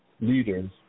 leaders